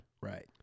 Right